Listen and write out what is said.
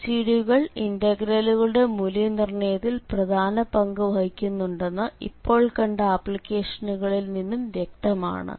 റെസിഡ്യൂകൾ ഇന്റഗ്രലുകളുടെ മൂല്യനിർണ്ണയത്തിൽ പ്രധാന പങ്ക് വഹിക്കുന്നുണ്ടെന്ന് ഇപ്പോൾ കണ്ട ആപ്ലിക്കേഷനുകളിൽ നിന്നും വ്യക്തമാണ്